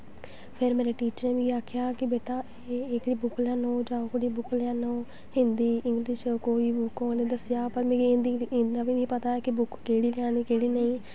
फिर मेरे टीचरें मिगी आखेआ कि बेटा एकड़ी बुक्क लेई आनो जां ओह्कड़ी बुक्क लेई आनो हिन्दी इंगलिश कोई बी बुक्क होऐ दस्सेआ पर मिगी इन्ना बी नी पता है कि बुक्क केह्ड़ी लैनी केह्ड़ी नेईं